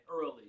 early